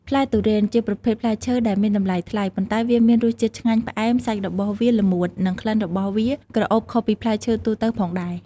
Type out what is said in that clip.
ផ្លែទុរេន ជាប្រភេទផ្លែឈើដែលមានតម្លៃថ្លៃ ប៉ុន្តែវាមានរសជាតិឆ្ងាញ់ ផ្អែម សាច់របស់វាល្មួត និងក្លិនរបស់វាក្រអូបខុសពីផ្លែឈើទូទៅផងដែរ។